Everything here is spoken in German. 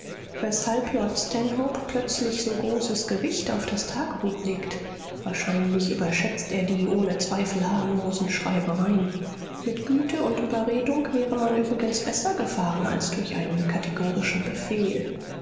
weshalb lord stanhope plötzlich so großes gewicht auf das tagebuch legt wahrscheinlich überschätzt er die ohne zweifel harmlosen schreibereien mit güte und überredung wäre man übrigens besser gefahren als durch einen kategorischen befehl